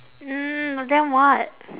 mm and then what